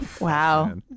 Wow